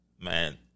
Man